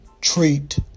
treat